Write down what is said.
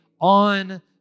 on